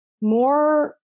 more